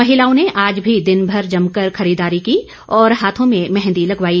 महिलाओं ने आज भी दिनभर जमकर खरीदारी की और हाथों में मेंहदी लगवाई